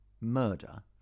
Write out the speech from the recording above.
murder